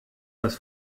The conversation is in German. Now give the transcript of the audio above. das